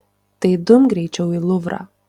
tai dumk greičiau į luvrą